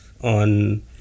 on